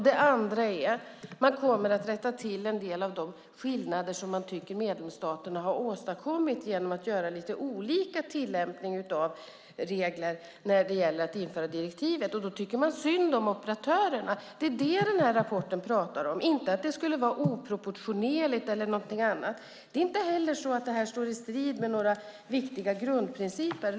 Den andra är att man kommer att rätta till en del av de skillnader som man tycker att medlemsstaterna har åstadkommit genom att göra lite olika tillämpning av reglerna vid införandet av direktivet, och då tycker man synd om operatörerna. Det är detta rapporten handlar om, inte att det skulle vara oproportionerligt eller något annat. Det här står inte heller i strid med några viktiga grundprinciper.